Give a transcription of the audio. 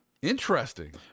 Interesting